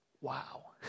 Wow